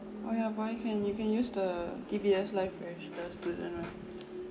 oh ya why can't you can use the D_B_S live fresh the student right